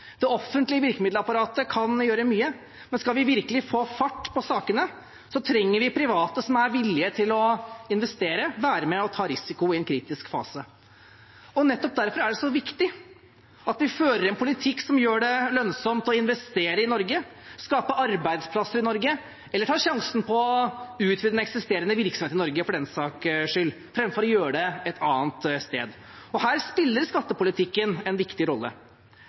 Det offentlige virkemiddelapparatet kan gjøre mye, men skal vi virkelig få fart på sakene, trenger vi private som er villige til å investere, være med og ta risiko i en kritisk fase. Nettopp derfor er det så viktig at vi fører en politikk som gjør det lønnsomt å investere i Norge, skape arbeidsplasser i Norge eller ta sjansen på å utvide en eksisterende virksomhet i Norge, for den saks skyld, framfor å gjøre det et annet sted. Her spiller skattepolitikken en viktig rolle.